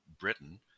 Britain